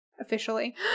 officially